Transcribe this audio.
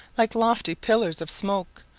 like lofty pillars of smoke,